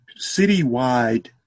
citywide